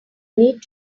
need